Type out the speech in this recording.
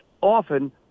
often